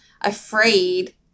afraid